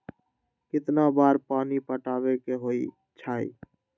कितना बार पानी पटावे के होई छाई?